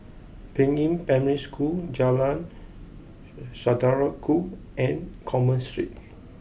Peiying Primary School Jalan Saudara Ku and Commerce Street